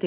To